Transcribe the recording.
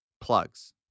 plugs